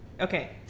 Okay